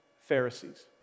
Pharisees